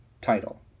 title